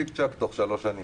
צ'יק צ'ק, תוך שלוש שנים...